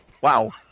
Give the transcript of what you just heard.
Wow